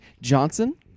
Johnson